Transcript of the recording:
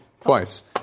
Twice